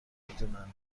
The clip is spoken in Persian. میدونن